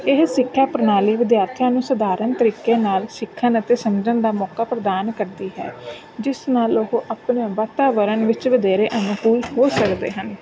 ਇਹ ਸਿੱਖਿਆ ਪ੍ਰਣਾਲੀ ਵਿਦਿਆਰਥੀਆਂ ਨੂੰ ਸਧਾਰਨ ਤਰੀਕੇ ਨਾਲ ਸਿੱਖਣ ਅਤੇ ਸਮਝਣ ਦਾ ਮੌਕਾ ਪ੍ਰਦਾਨ ਕਰਦੀ ਹੈ ਜਿਸ ਨਾਲ ਉਹ ਆਪਣੇ ਵਾਤਾਵਰਨ ਵਿੱਚ ਵਧੇਰੇ ਅਨੁਕੂਲ ਹੋ ਸਕਦੇ ਹਨ